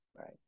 Right